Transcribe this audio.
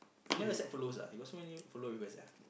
you never accept followers ah you got so many follow request sia